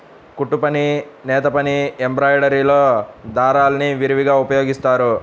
కుట్టుపని, నేతపని, ఎంబ్రాయిడరీలో దారాల్ని విరివిగా ఉపయోగిస్తారు